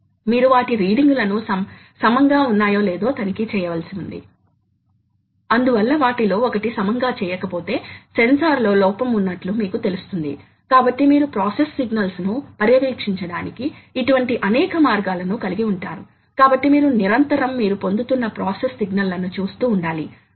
F X pitch లో lead ball screw యొక్క pitch టార్క్తో సమానంగా ఉండాలి ఎందుకంటే మీకు ఒక భ్రమణం తెలుసు కాబట్టి ఒక భ్రమణం రెండు సార్లు π రేడియన్లు కాబట్టి 2πxTL ఇది ఇన్ పుట్ ఎనర్జీ అయితే ఔట్ పుట్ శక్తి ఏమిటి